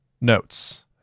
Notes